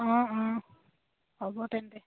অঁ অঁ হ'ব তেন্তে